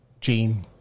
gene